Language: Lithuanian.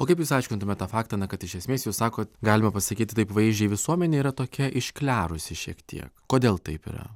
o kaip jūs aiškintumėt tą faktą na kad iš esmės jūs sakot galima pasakyti taip vaizdžiai visuomenė yra tokia išklerusi šiek tiek kodėl taip yra